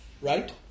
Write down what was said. right